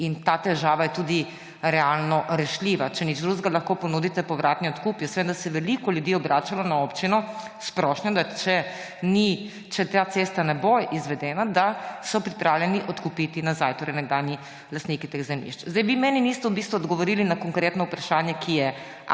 In ta težava je tudi realno rešljiva. Če nič drugega, lahko ponudite povratni odkup. Jaz vem, da se je veliko ljudi obračalo na občino s prošnjo, da če ta cesta ne bo izvedena, da so pripravljeni odkupiti nazaj, torej nekdanji lastniki teh zemljišč. Vi meni v bistvu niste odgovorili na konkretno vprašanje, ki je,